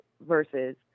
versus